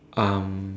um